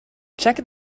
check